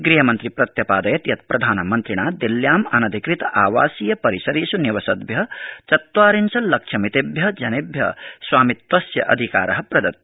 गृहमन्त्री प्रत्यपादयत् यत् प्रधानमन्त्रिणा दिल्ल्याम् अनधिकृत आवासीयपरिसरेष् निवसदभ्य चत्वारिशल्लक्षमितेभ्य जनेभ्य स्वामित्वस्य अधिकार प्रदत्त